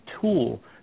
tool